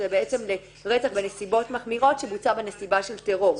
לרצח בנסיבות מחמירות שנמצא בנסיבה של טרור.